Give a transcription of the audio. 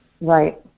Right